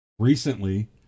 Recently